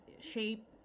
shape